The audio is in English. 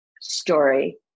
story